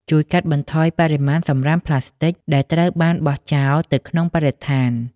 ជួយកាត់បន្ថយបរិមាណសំរាមផ្លាស្ទិកដែលត្រូវបានបោះចោលទៅក្នុងបរិស្ថាន។